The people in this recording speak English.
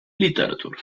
literature